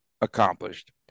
accomplished